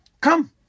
Come